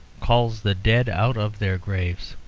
calls the dead out of their graves.